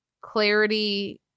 clarity